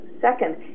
Second